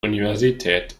universität